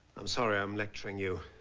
i'm sorry i'm lecturing you.